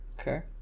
Okay